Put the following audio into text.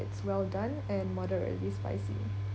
it's well done and moderately spicy